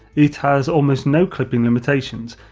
it has almost no clipping limitations,